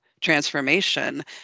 transformation